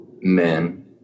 men